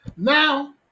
Now